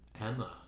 Emma